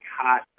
hot